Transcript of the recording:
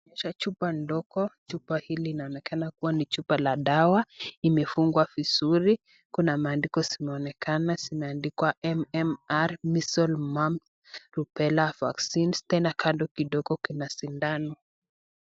Inaonyesha chupa ndogo. Chupa hili linaonekana kuwa ni chupa la dawa, limefungwa vizuri. Kuna maandiko yameonekana, yameandikwa MMR , measles , mumps , rubella vaccine . Tena kando kidogo kuna sindano.